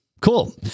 Cool